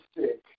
sick